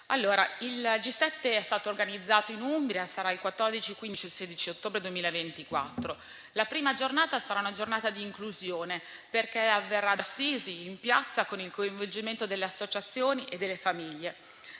Il G7 è stato organizzato in Umbria e si terrà il 14, 15 e 16 ottobre 2024. La prima sarà una giornata di inclusione, perché avverrà in piazza ad Assisi, con il coinvolgimento delle associazioni e delle famiglie.